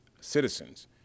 citizens